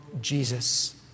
Jesus